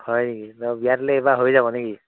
হয় নেকি বিয়া তেতিয়াহ'লে এইবাৰ হৈ যাব নে কি